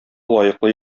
лаеклы